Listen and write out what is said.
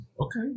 okay